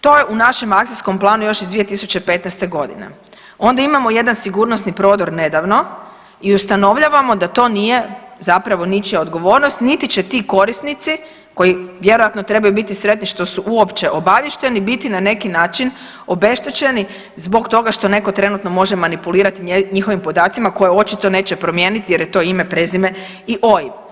To je u našem akcijskom planu još iz 2015.g. Onda imamo jedan sigurnosni prodor nedavno i ustanovljavamo da to nije zapravo ničija odgovornost niti će ti korisnici koji vjerojatno trebaju biti sretni što su uopće obaviješteni biti na neki način obeštećeni zbog toga što neko trenutno može manipulirati njihovim podacima koje očito neće promijeniti jer je to ime, prezime i OIB.